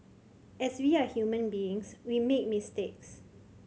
as we are human beings we make mistakes